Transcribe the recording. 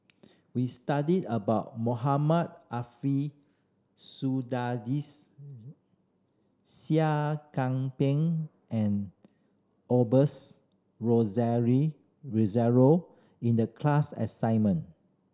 we studied about Mohamed Seah Kian Peng and Rozario in the class assignment